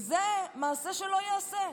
וזה מעשה שלא ייעשה.